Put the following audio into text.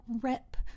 rip